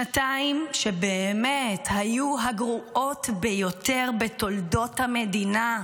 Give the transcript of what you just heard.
שנתיים שבאמת היו הגרועות ביותר בתולדות המדינה.